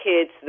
kids